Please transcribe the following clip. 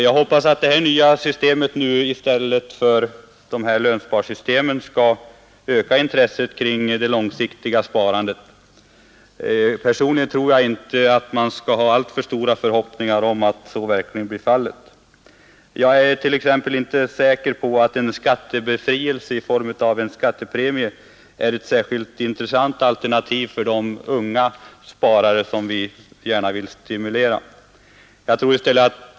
Jag hoppas det nya systemet i stället för dessa lönsparsystem skall öka intresset kring det långsiktiga sparandet. Men man skall nog inte ha alltför stora förhoppningar om att så verkligen blir fallet. Jag är t.ex. inte säker på att en skattebefrielse i form av en skattepremie är ett särskilt intressant alternativ för de unga människor som vi gärna vill stimulera till sparande.